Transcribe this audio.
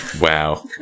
wow